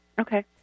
Okay